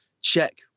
check